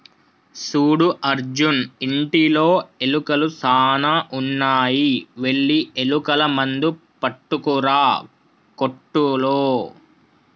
సూడు అర్జున్ ఇంటిలో ఎలుకలు సాన ఉన్నాయి వెళ్లి ఎలుకల మందు పట్టుకురా కోట్టులో